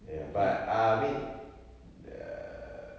ya but I mean err